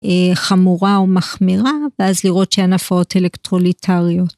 חמורה או מחמירה ואז לראות שהן הפרעות אלקטרוליטריות.